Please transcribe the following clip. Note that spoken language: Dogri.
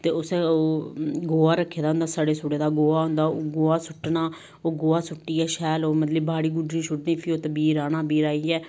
ते उस गोहा रक्खे दा होंदा सड़े सुड़े दा गोहा होंदा ओह् गोहा सुट्टना ओह् गोहा सुट्टियै शैल ओह् मतलब कि बाड़ी गुड्डनी शुड्डनी फ्ही उत्थे बीऽ राह्ना बीऽ राहियै